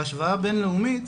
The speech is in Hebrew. בהשוואה בינלאומית,